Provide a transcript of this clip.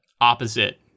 opposite